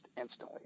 instantly